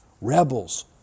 Rebels